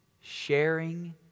Sharing